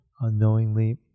Unknowingly